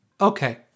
Okay